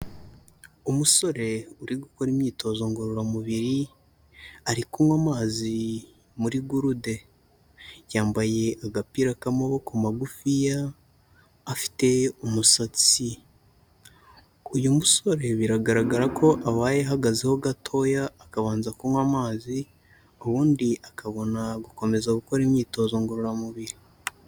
Umusore uri gukora imyitozo ngororamubiri ari kunywa amazi muri gurude, yambaye agapira k'amaboko magufiya afite umusatsi, uyu musore biragaragara ko abaye ahagazeho gatoya akabanza kunywa amazi ubundi akabona gukomeza gukora imyitozo ngororamubiri.